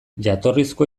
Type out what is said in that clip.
jatorrizko